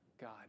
God